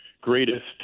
greatest